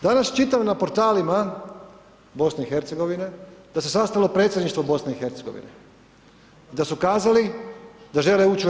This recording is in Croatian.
Danas čitam na portalima BiH da se sastalo predsjedništvo BiH, da su kazali da žele ući u EU.